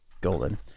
golden